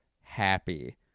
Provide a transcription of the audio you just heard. happy